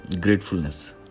gratefulness